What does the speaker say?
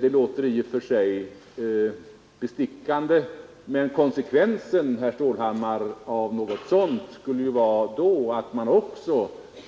Det låter i och för sig bestickande, men konsekvensen, herr Stålhammar, av något sådant skulle ju vara att man